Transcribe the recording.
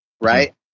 Right